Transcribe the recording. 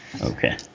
Okay